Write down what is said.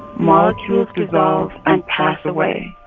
molecules dissolve and pass away,